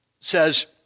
says